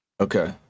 okay